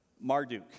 Marduk